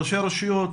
ראשי רשויות,